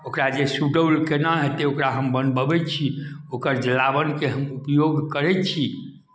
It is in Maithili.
ओकरा जे सुडौल केना हेतै ओकरा हम बनवबैत छी ओकर जलावनके हम उपयोग करै छी